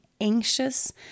anxious